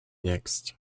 next